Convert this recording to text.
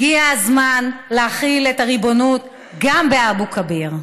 הגיע הזמן להחיל את הריבונות גם באבו כביר.